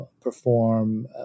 perform